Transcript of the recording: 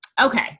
Okay